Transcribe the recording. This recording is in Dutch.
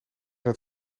dat